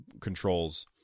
controls